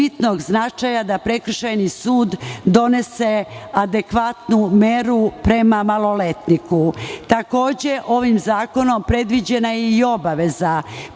da prekršajni sud donese adekvatnu meru prema maloletniku. Takođe, ovim zakonom predviđena je i obaveza